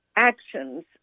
Actions